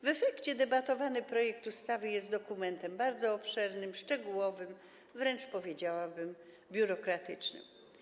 W efekcie debatowany projekt ustawy jest dokumentem bardzo obszernym, szczegółowym, wręcz, powiedziałabym, biurokratycznym.